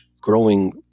growing